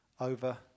over